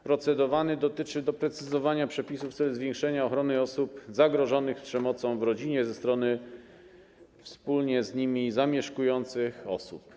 Procedowany projekt dotyczy doprecyzowania przepisów w celu zwiększenia ochrony osób zagrożonych przemocą w rodzinie ze strony wspólnie z nimi zamieszkujących osób.